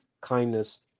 kindness